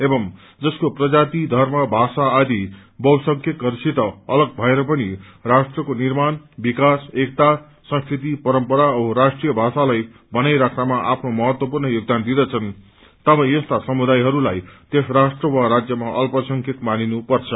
एवं जसको प्रजाति धर्म भाषा आदि बहुसंख्यकहरूसित अलग भएर पनि राष्ट्रको निर्माण विकास एकता संस्कृति परम्परा औ राष्ट्रिय भाषालाई बनाई राख्नमा आफ्नो महत्वपूर्ण योगदान दिदँछन् तब यस्ता समुदायहरूलाई त्यस राष्ट्र वा राज्यमा अल्पसंख्यक मानिनु पर्छ